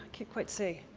can't quite see.